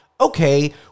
okay